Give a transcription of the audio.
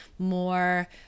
more